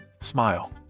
smile